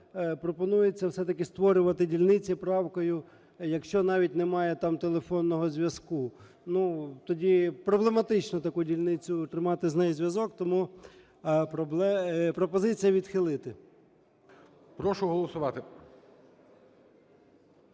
пропонується все-таки створювати дільниці правкою, якщо навіть немає там телефонного зв'язку. Тоді проблематично таку дільницю, тримати з нею зв'язок. Тому пропозиція відхилити. ГОЛОВУЮЧИЙ. Прошу голосувати.